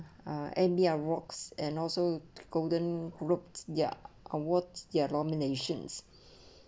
and we are rocks and also golden roped yard onwards their nominations